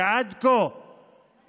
שעד כה גבה,